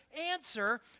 answer